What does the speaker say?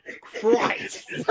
Christ